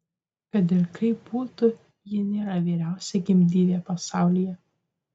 kad ir kaip būtų ji nėra vyriausia gimdyvė pasaulyje